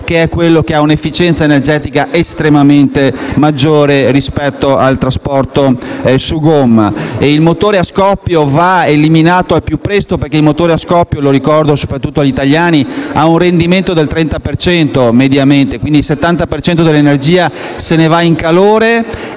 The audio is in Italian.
che è quello che ha un'efficienza energetica estremamente maggiore rispetto al trasporto su gomma. Il motore va a scoppio va eliminato al più presto perché - lo ricordo soprattutto agli italiani - ha un rendimento del 30 per cento mediamente, il 70 per cento dell'energia se ne va in calore,